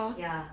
ya